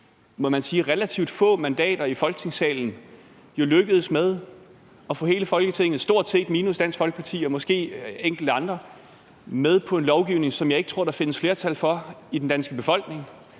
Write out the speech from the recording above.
må man sige, relativt få mandater i Folketingssalen lykkedes med at få stort set hele Folketinget, minus Dansk Folkeparti og måske enkelte andre, med på en lovgivning, som jeg ikke tror der findes flertal for i den danske befolkning,